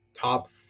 Top